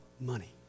money